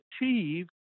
achieved